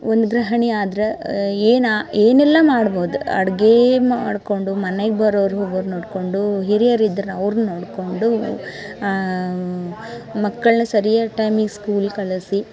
ಒಂದು ಗೃಹಿಣಿ ಆದ್ರ ಏನ ಏನೆಲ್ಲಾ ಮಾಡ್ಬೋದು ಅಡ್ಗೀ ಮಾಡ್ಕೊಂಡು ಮನೆಗ ಬರೋರು ಹೋಗೋರ ನೋಡ್ಕೊಂಡು ಹಿರಿಯರಿದ್ರ ಅವರೂನು ನೋಡ್ಕೊಂಡು ಮಕ್ಕಳನ್ನ ಸರಿಯಾದ ಟೈಮಿಗ ಸ್ಕೂಲ್ಗ ಕಳಿಸಿ